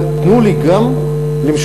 אבל תנו לי גם למשול.